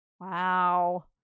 Wow